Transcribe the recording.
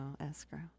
escrow